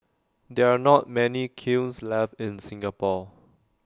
there are not many kilns left in Singapore